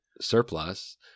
surplus